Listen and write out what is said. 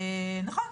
נכון,